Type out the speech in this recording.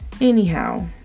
Anyhow